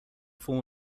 form